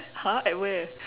!huh! at where